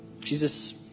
Jesus